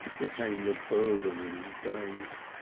became the burthen of his days.